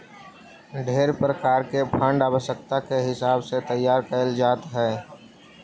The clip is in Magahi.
ढेर प्रकार के फंड आवश्यकता के हिसाब से तैयार कैल जात हई